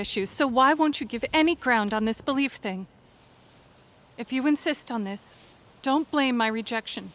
issues so why won't you give any ground on this belief thing if you insist on this don't blame my rejection